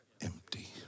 empty